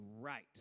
right